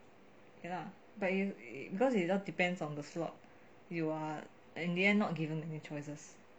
ya lah but you because it now depends on the slot you are in the end not given any choices